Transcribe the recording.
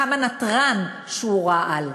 כמה נתרן, שהוא רעל,